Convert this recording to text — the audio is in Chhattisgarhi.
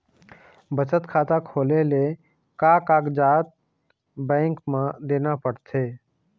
बचत खाता खोले ले का कागजात बैंक म देना पड़थे?